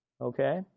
Okay